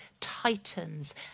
tightens